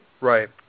right